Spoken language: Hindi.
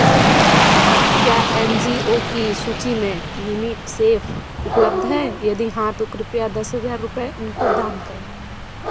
क्या एन जी ओ की सूची में यूनिसेफ़ उपलब्ध है यदि हाँ तो कृपया दस हज़ार रुपये इनको दान करें